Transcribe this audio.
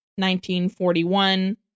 1941